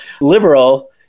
liberal